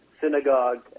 synagogue